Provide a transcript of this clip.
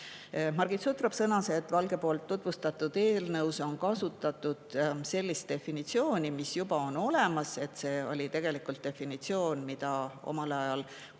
Margit Sutrop sõnas, et Valge poolt tutvustatud eelnõus on kasutatud sellist definitsiooni, mis juba on olemas. See on tegelikult definitsioon, mis [sai kirja]